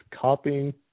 copying